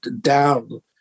down